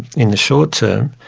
in the short term,